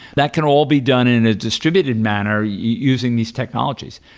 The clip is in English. that can all be done in a distributed manner using these technologies.